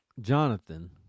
Jonathan